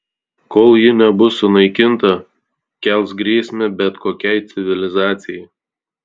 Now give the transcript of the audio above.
kol ji nebus sunaikinta kels grėsmę bet kokiai civilizacijai